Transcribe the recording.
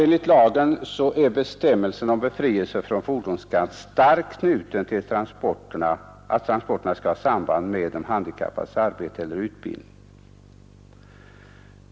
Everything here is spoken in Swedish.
: Enligt lagen är alltså bestämmelsen om befrielse från fordonsskatt starkt knuten fill att transporterna skall ha samband med den handikappades arbete eller utbildning.